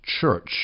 church